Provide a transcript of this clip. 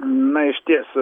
na išties